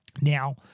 now